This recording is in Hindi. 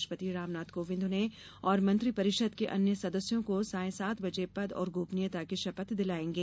राष्ट्रपति रामनाथ कोविंद उन्हें और मंत्रिपरिषद के अन्य सदस्यों को सायं सात बजे पद और गोपनीयता की शपथ दिलाएंगे